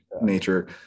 nature